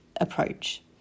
approach